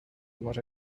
what